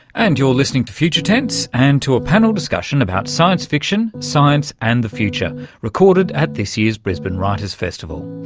and you're listening to future tense and to a panel discussion about science fiction, science and the future, recorded at this year's brisbane writers' festival.